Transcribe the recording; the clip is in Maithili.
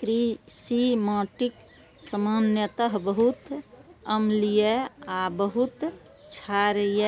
कृषि माटि सामान्यतः बहुत अम्लीय आ बहुत क्षारीय